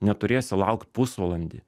neturėsi laukt pusvalandį